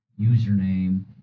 username